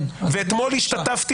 אתמול השתתפתי